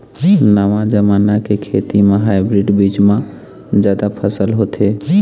नवा जमाना के खेती म हाइब्रिड बीज म जादा फसल होथे